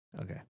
Okay